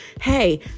Hey